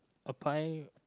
a pie